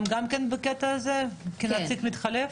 הם גם כן בקטע הזה כנציג מתחלף?